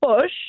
push